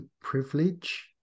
privilege